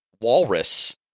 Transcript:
walrus